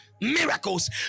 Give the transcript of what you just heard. miracles